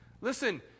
Listen